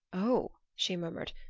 oh, she murmured,